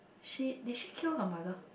she did she kill her mother